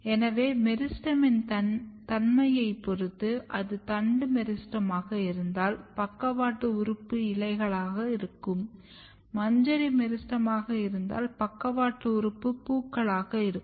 எனவே மெரிஸ்டெமின் தன்மையை பொறுத்து அது தண்டு மெரிஸ்டெமாக இருந்தால் பக்கவாட்டு உறுப்பு இலைகளாக இருக்கும் மஞ்சரி மெரிஸ்டெமாக இருந்தால் பக்கவாட்டு உறுப்பு பூக்களாக இருக்கும்